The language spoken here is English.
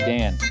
Dan